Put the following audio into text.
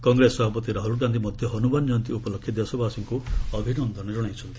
କଂଗ୍ରେସ ସଭାପତି ରାହୁଲ ଗାନ୍ଧୀ ମଧ୍ୟ ହନୁମାନ କୟନ୍ତୀ ଉପଲକ୍ଷେ ଦେଶବାସୀଙ୍କୁ ଅଭିନନ୍ଦନ ଜଣାଇଛନ୍ତି